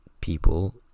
people